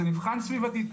זה נבחן סביבתית.